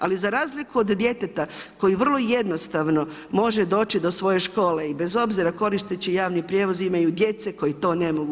Ali za razliku od djeteta, koji vrlo jednostavno može doći do svoje škole i bez obzira koristeći javni prijevoz, imaju djece koji to ne mogu.